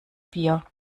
bier